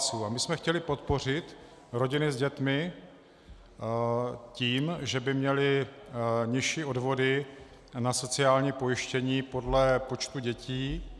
A my jsme chtěli podpořit rodiny s dětmi tím, že by měly nižší odvody na sociální pojištění podle počtu dětí.